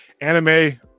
Anime